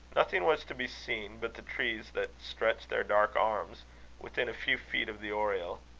nothing was to be seen but the trees that stretched their dark arms within a few feet of the oriel.